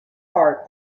heart